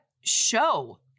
show